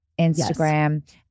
Instagram